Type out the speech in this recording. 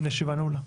הישיבה נעולה.